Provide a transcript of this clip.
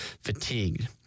fatigued